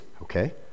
okay